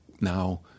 now